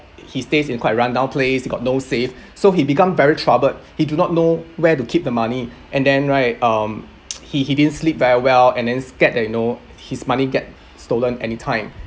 he stays in quite rundown place he got no safe so he become very troubled he do not know where to keep the money and then right um he he didn't sleep very well and then scared that you know his money get stolen anytime